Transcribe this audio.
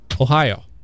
Ohio